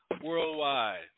worldwide